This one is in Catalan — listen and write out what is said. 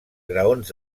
graons